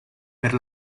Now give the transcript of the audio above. per